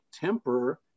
temper